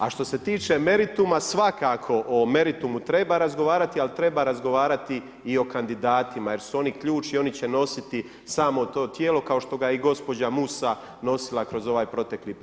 A što se tiče merituma, svakako o meritumu treba razgovarati, al' treba razgovarati i o kandidatima, jer su oni ključ, i oni će nositi samo to Tijelo, kao što ga je i gospođa Musa nosila kroz ovaj protekli period.